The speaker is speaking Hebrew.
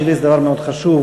בשבילי זה דבר מאוד חשוב,